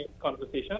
conversation